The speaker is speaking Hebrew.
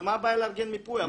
מה הבעיה לארגן מיפוי?